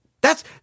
thats